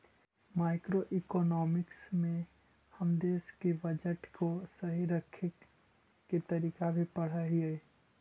macroeconomics में हम देश के बजट को सही रखे के तरीके भी पढ़अ हियई